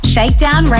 Shakedown